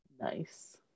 Nice